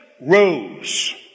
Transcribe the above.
rose